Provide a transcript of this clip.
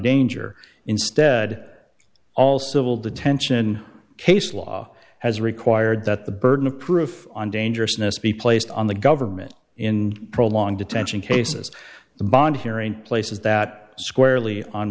danger instead all civil detention case law has required that the burden of proof on dangerousness be placed on the government in prolonged detention cases the bond hearing places that squarely on